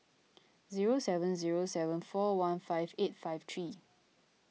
zero seven zero seven four one five eight five three